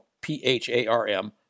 P-H-A-R-M